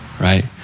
right